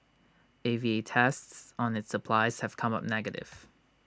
A V A tests on its supplies have come up negative